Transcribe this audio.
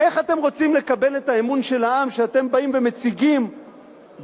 איך אתם רוצים לקבל את האמון של העם כשאתם באים ומציגים בנושא,